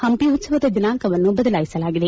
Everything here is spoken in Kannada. ಪಂಪಿ ಉತ್ಸವದ ದಿನಾಂಕವನ್ನು ಬದಲಾಯಿಸಲಾಗಿದೆ